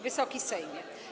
Wysoki Sejmie!